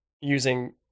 using